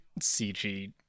cg